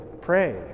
Pray